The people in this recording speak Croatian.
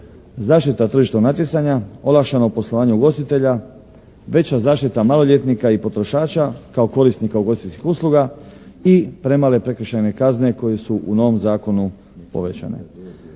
Zaštita tržišnog natjecanja, olakšano poslovanje ugostitelja, veća zaštita maloljetnika i potrošača kao korisnika ugostiteljskih usluga i premale prekršajne kazne koje su u novom zakonu povećane.